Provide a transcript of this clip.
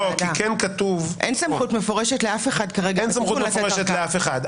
אין סמכות מפורשת לאף אחד כרגע --- אין סמכות מפורשת לאף אחד,